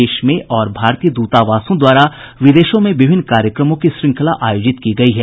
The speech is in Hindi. देश में और भारतीय द्रतावासों द्वारा विदेशों में विभिन्न कार्यक्रमों की श्रृंखला आयोजित की गई है